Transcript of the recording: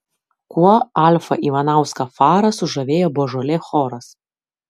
kuo alfą ivanauską farą sužavėjo božolė choras